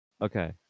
Okay